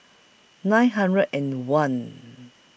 nine hundred and one